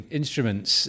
instruments